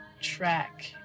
track